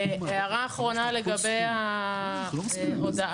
הערה אחרונה לגבי ההודעה,